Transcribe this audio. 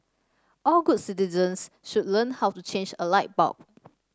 all good citizens should learn how to change a light bulb